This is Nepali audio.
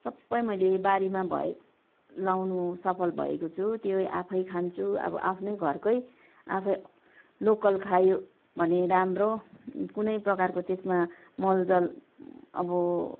सबै मैले बारीमा भए लाउनु सफल भएको छु त्यही आफै खान्छु अब आफ्नै घरकै आफै लोकल खायो भने राम्रो कुनै प्रकारको त्यसमा मलजल अब